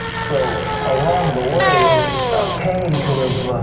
so along the way cane could have